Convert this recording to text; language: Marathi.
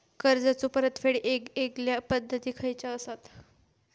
कर्जाचो परतफेड येगयेगल्या पद्धती खयच्या असात?